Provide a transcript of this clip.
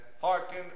Hearken